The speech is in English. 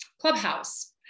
Clubhouse